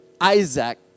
Isaac